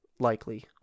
Likely